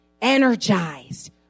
energized